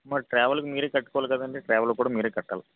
మరి ట్రావెల్ కి మీరే కట్టుకోవాలి కదండి ట్రావెల్ కూడా మీరే కట్టాలి